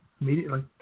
Immediately